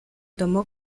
tomó